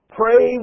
pray